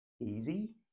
easy